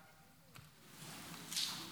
סעיפים